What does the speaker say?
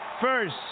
first